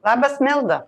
labas milda